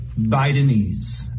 Bidenese